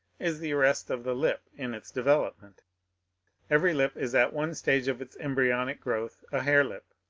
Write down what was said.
is the arrest of the lip in its development every lip is at one stage of its embryonic growth a hare-lip.